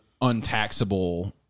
untaxable